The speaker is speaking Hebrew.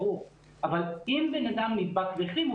אבל אם בן אדם נבדק והחלים,